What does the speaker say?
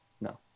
no